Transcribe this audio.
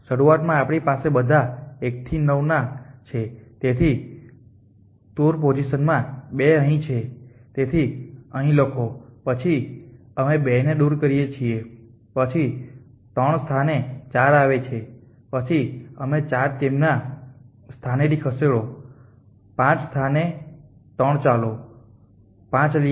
શરૂઆતમાં આપણી પાસે બધા 1 થી 9 ના છે તેથી ટૂર પોઝિશનમાં 2 અહીં છે તેથી અહીં લખો પછી અમે 2 ને દૂર કરીએ છીએ પછી 3 સ્થાને 4 આવે પછી અમે 4 તેમના સ્થાનેથી ખસેડો 5 સ્થાને 3 ચાલો 5 લઈએ